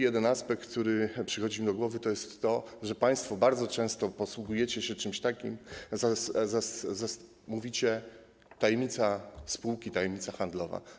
Jeden aspekt, który przychodzi mi do głowy, to jest to, że państwo bardzo często posługujecie się czymś takim jak tajemnica spółki, tajemnica handlowa.